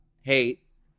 hates